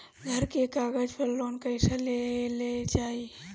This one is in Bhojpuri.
घर के कागज पर लोन कईसे लेल जाई?